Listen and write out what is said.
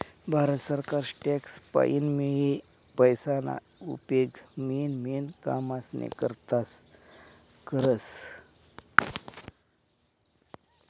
भारत सरकार टॅक्स पाईन मियेल पैसाना उपेग मेन मेन कामेस्ना करता करस